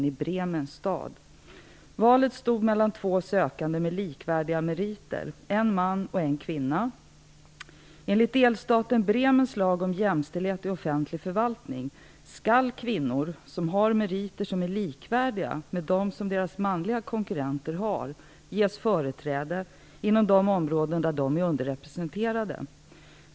Valet stod mellan två sökande med likvärdiga meriter, en man och en kvinna. Enligt delstaten Bremens lag om jämställdhet i offentlig förvaltning skall kvinnor, som har meriter som är likvärdiga med dem som deras manliga konkurrenter har, ges företräde inom de områden där de är underrepresenterade.